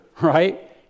right